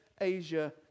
Asia